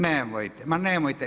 Nemojte, ma nemojte.